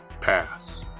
Pass